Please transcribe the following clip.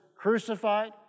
crucified